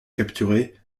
capturer